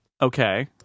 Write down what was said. okay